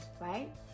right